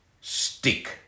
stick